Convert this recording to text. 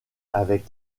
avec